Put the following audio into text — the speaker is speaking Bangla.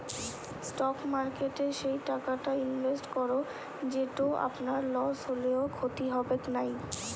স্টক মার্কেটে সেই টাকাটা ইনভেস্ট করো যেটো আপনার লস হলেও ক্ষতি হবেক নাই